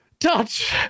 touch